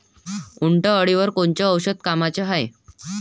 उंटअळीवर कोनचं औषध कामाचं हाये?